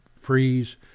freeze